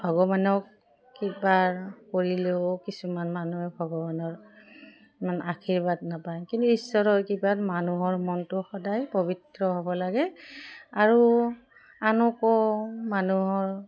ভগৱানক কিবা কৰিলেও কিছুমান মানুহে ভগৱানৰ ইমান আশীৰ্বাদ নাপায় কিন্তু ঈশ্বৰৰ কিবা মানুহৰ মনটো সদায় পৱিত্ৰ হ'ব লাগে আৰু আনকো মানুহৰ